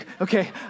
Okay